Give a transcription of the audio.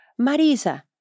Marisa